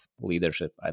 leadership